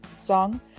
song